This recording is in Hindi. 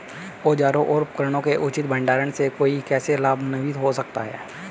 औजारों और उपकरणों के उचित भंडारण से कोई कैसे लाभान्वित हो सकता है?